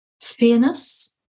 fairness